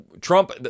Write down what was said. Trump